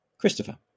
Christopher